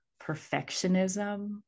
perfectionism